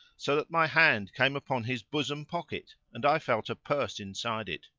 so that my hand came upon his bosom pocket and i felt a purse inside it.